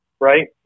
right